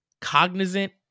cognizant